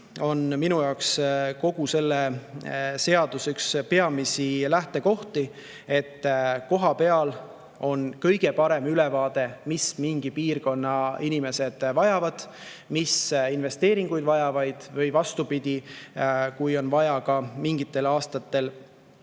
on minu jaoks kogu selle seaduse peamisi lähtekohti. Kohapeal on kõige parem ülevaade, mida mingi piirkonna inimesed vajavad, mis investeeringuid nad vajavad. Ja vastupidi: kui on vaja mingitel aastatel